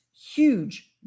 huge